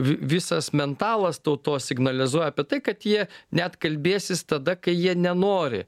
vi visas mentalas tautos signalizuoja apie tai kad jie net kalbėsis tada kai jie nenori